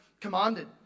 commanded